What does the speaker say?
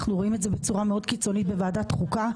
אנחנו רואים את זה בצורה מאוד קיצונית בוועדת חוקה.